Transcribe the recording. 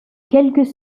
quelques